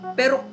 pero